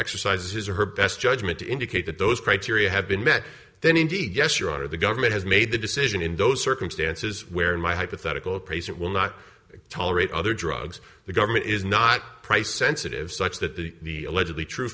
exercise his or her best judgment to indicate that those criteria have been met then indeed yes your honor the government has made the decision in those circumstances where my hypothetical patient will not tolerate other drugs the government is not price sensitive such that the